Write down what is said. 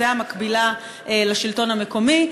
זו המקבילה לשלטון המקומי,